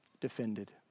defended